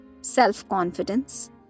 self-confidence